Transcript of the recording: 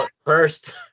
First